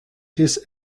his